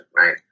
right